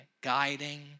guiding